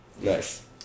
Nice